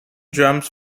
drums